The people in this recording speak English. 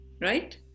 Right